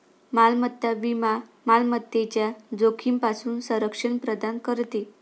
मालमत्ता विमा मालमत्तेच्या जोखमीपासून संरक्षण प्रदान करते